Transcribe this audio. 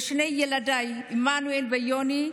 ולשני ילדיי, עמנואל ויוני,